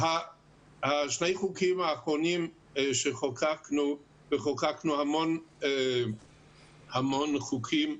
שני החוקים האחרונים שחוקקנו, וחוקקנו המון חוקים,